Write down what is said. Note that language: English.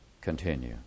continue